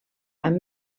amb